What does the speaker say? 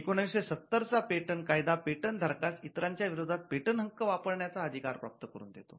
१९७० चा पेटंट कायदा पेटंट धारकास इतरांच्या विरोधात पेटंट हक्क वापरण्याचा अधिकार प्राप्त करून देतो